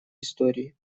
истории